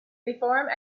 before